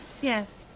Yes